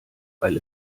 weil